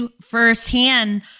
firsthand